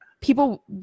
people